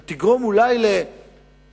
אתה תגרום אולי ל-30,000,